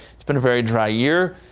it's been a very dry year.